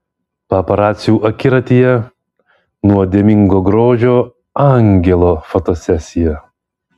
paparacių akiratyje nuodėmingo grožio angelo fotosesija